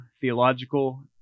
theological